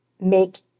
make